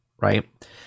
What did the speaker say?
right